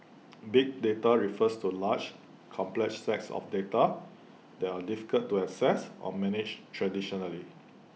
big data refers to large complex sets of data that are difficult to access or manage traditionally